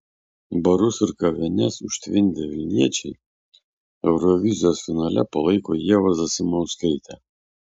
barus ir kavines užtvindę vilniečiai eurovizijos finale palaiko ievą zasimauskaitę